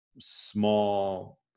small